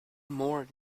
more